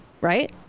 right